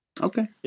Okay